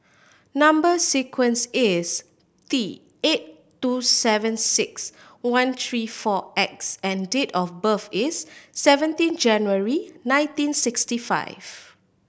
number sequence is T eight two seven six one three four X and date of birth is seventeen January nineteen sixty five